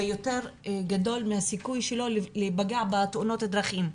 יותר גדול מהסיכוי שלו להיפגע בתאונות דרכים.